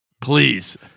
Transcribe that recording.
Please